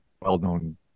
well-known